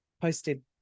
posted